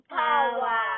power